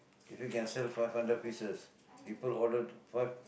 if you can sell five hundred pieces people ordered five